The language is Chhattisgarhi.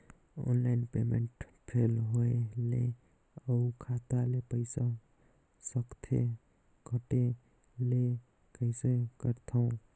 ऑनलाइन पेमेंट फेल होय ले अउ खाता ले पईसा सकथे कटे ले कइसे करथव?